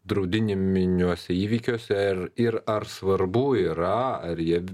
draudiniminiuose įvykiuose ir ir ar svarbu yra ar jie